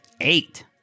Eight